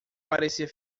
parecia